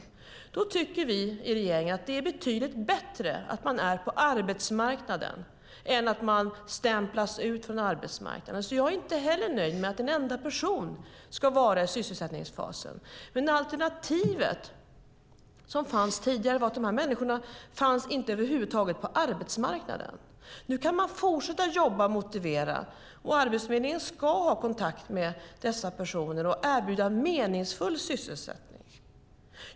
Ändå tycker vi i regeringen att det är betydligt bättre att man är på arbetsmarknaden än att man stämplas ut från arbetsmarknaden. Jag är inte heller nöjd. Inte en enda person ska vara i sysselsättningsfasen. Men alternativet förut var att de här människorna över huvud taget inte fanns på arbetsmarknaden.